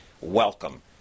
Welcome